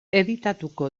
editatuko